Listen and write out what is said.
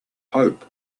hope